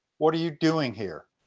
what are you doing here.